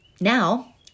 now